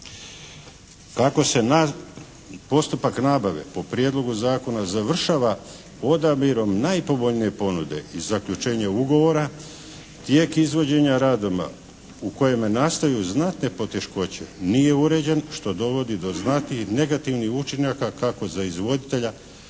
Kako se postupak nabave po Prijedlogu zakona završava odabirom najpovoljnije ponude i zaključenjem ugovora tijek izvođenja radova u kojima nastaju znatne poteškoće nije uređen što dovodi do negativnih učinaka kako za izvoditelja